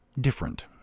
different